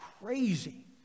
crazy